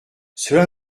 cela